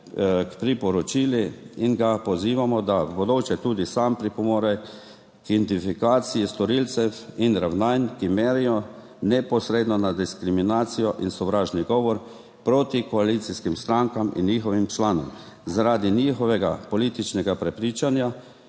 k priporočilom in ga pozivamo, da v bodoče tudi sam pripomore k identifikaciji storilcev in ravnanj, ki merijo neposredno na diskriminacijo in sovražni govor proti koalicijskim strankam in njihovim članom zaradi njihovega političnega prepričanja,